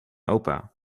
opa